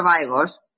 survivors